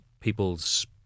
people's